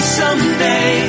someday